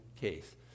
case